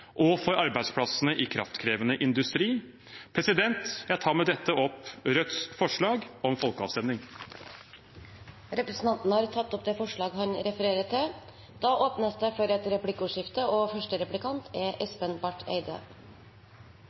og for arbeidsplassene i kraftkrevende industri. Jeg tar med dette opp Rødts forslag om folkeavstemning. Representanten Bjørnar Moxnes har tatt opp det forslaget han refererte til. Det blir replikkordskifte. Jeg synes det